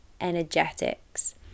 energetics